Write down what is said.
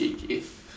J_J